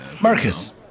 Marcus